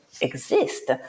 exist